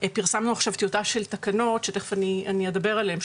פרסמנו עכשיו טיוטה של תקנות שתכף אני אדבר עליהם,